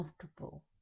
comfortable